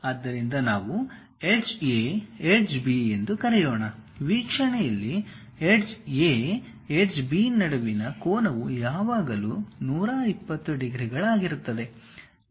ಆದ್ದರಿಂದ ನಾವು edge A edge B ಎಂದು ಕರೆಯೋಣ ವೀಕ್ಷಣೆಯಲ್ಲಿ ಎಡ್ಜ್ ಎ A ಮತ್ತು ಎಡ್ಜ್ ಬಿ ನಡುವಿನ ಕೋನವು ಯಾವಾಗಲೂ 120 ಡಿಗ್ರಿಗಳಾಗಿರುತ್ತದೆ